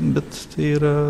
bet tai yra